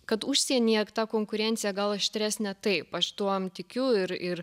kad užsienyje ta konkurencija gal aštresnė taip aš tuom tikiu ir ir